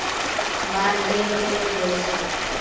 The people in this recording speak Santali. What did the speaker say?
ᱵᱟᱨ ᱜᱮᱞ ᱯᱮ ᱵᱟᱹᱭᱥᱟᱹᱠ